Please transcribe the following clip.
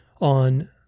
on